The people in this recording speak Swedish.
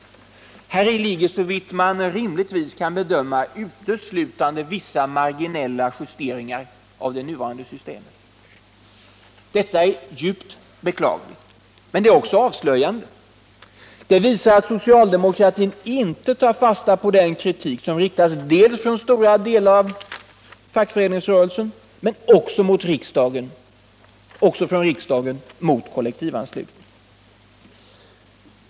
Häri ligger såvitt man rimligtvis kan bedöma uteslutande vissa marginella justeringar av det nuvarande systemet. Detta är djupt beklagligt. Men det är också avslöjande. Det visar att socialdemokratin inte tar fasta på den kritik som riktas från stora delar av fackföreningsrörelsen, men också från riksdagen, mot kollektivanslutningen.